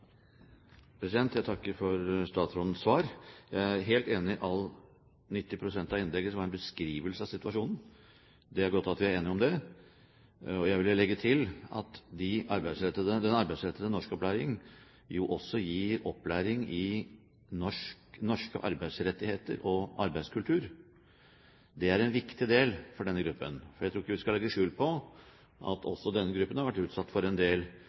helt enig i 90 pst. av innlegget, som er en beskrivelse av situasjonen. Det er godt at vi er enige om det. Jeg vil legge til at den arbeidsrettede norskopplæringen også gir opplæring i norske arbeidsrettigheter og norsk arbeidskultur. Det er en viktig del for denne gruppen. Jeg tror ikke vi skal legge skjul på at også denne gruppen har vært utsatt for en del